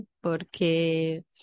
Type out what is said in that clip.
porque